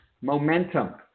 momentum